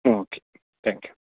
okay thank you